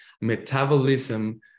metabolism